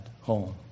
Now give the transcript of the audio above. home